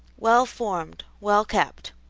well formed, well kept.